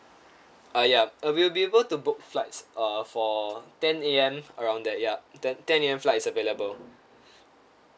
uh ya uh we'll be able to book flights uh for ten A_M around there ya ten ten A_M flight's available